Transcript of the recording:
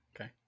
okay